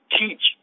teach